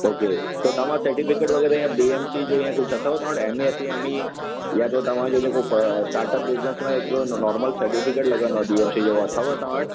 okay त तव्हां certificate वग़ैरह या बी एम सी जो इअं कुझु अथव तव्हां वटि एम एस एम ई या त तव्हांजो जेको स्टार्टअप बिज़नस लाइ हिकिड़ो नोर्मल सर्टिफ़िकेट लॻंदो आहे बी एम सी जो उहो अथव तव्हां वटि